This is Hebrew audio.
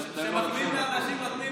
כשמחמיאים לאנשים, נותנים לדבר.